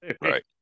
Right